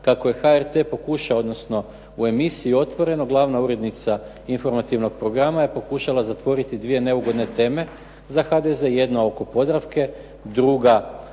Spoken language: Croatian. kako je HRT pokušao, odnosno u emisiji "Otvoreno" glavna urednica informativnog programa je pokušala zatvoriti dvije neugodne teme za HDZ, jedna oko "Podravke", druga